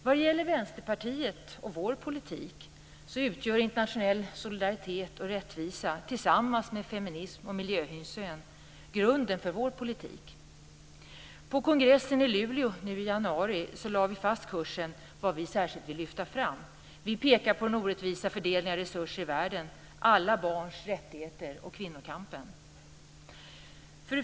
Vad det gäller Vänsterpartiet utgör internationell solidaritet och rättvisa tillsammans med feminism och miljöhänsyn grunden för vår politik. På kongressen i Luleå i januari lade vi fast kursen för vad vi särskilt vill lyfta fram. Vi pekar på den orättvisa fördelningen av resurser i världen, alla barns rättigheter och kvinnokampen.